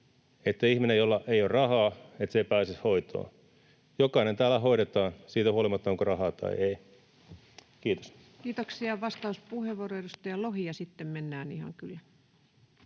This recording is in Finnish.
että ihminen, jolla ei ole rahaa, ei pääsisi hoitoon. Jokainen täällä hoidetaan siitä riippumatta, onko rahaa tai ei. — Kiitos. Kiitoksia. — Vastauspuheenvuoro, edustaja Lohi, ja sitten mennään ihan kyllä